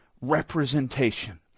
representation